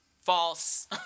false